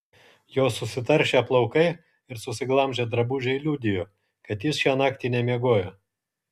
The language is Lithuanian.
jo susitaršę plaukai ir susiglamžę drabužiai liudijo kad jis šią naktį nemiegojo